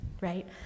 right